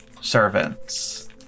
servants